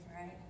right